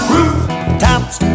Rooftops